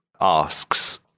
asks